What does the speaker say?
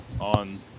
on